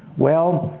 well,